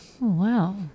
wow